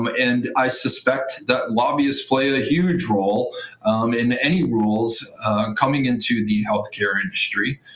um and i suspect that lobbyists played a huge role in any rules coming into the health-care industry.